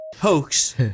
hoax